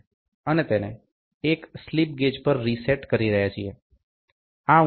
અને તેને એક સ્લિપ ગેજ પર રીસેટ કરી રહ્યા છીએ